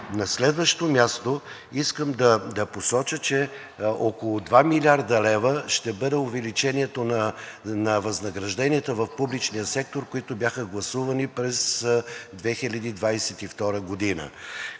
На следващо място искам да посоча, че около 2 млрд. лв. ще бъде увеличението на възнагражденията в публичния сектор, които бяха гласувани през 2022 г.